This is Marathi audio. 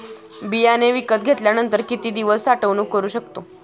बियाणे विकत घेतल्यानंतर किती दिवस साठवणूक करू शकतो?